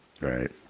right